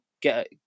get